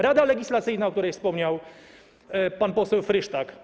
Rada Legislacyjna, o której wspomniał pan poseł Frysztak.